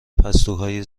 پستوهای